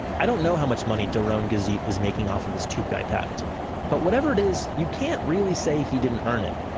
i don't know how much money doron gazit is making off his tube guy patent but whatever it is, you can't really say he didn't earn it.